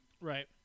right